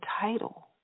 title